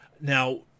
Now